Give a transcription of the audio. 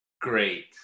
great